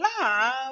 love